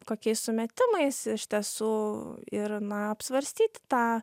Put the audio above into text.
kokiais sumetimais iš tiesų ir na apsvarstyti tą